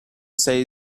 say